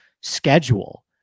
schedule